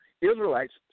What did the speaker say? Israelites